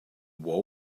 war